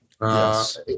Yes